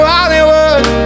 Hollywood